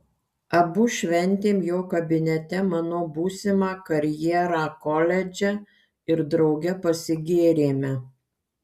abu šventėm jo kabinete mano būsimą karjerą koledže ir drauge pasigėrėme